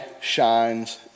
shines